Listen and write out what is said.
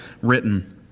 written